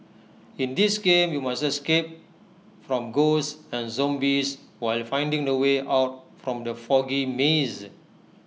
in this game you must escape from ghosts and zombies while finding the way out from the foggy maze